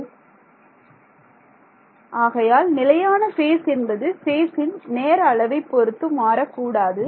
மாணவர் ஆகையால் நிலையான பேஸ் என்பது ஃபேசின் நேர அளவைப் பொறுத்து மாறக்கூடாது